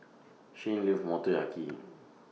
Shayne loves Motoyaki